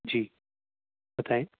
جی بتائیں